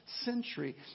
century